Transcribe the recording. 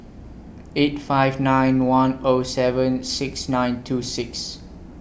eight five nine one O seven six nine two six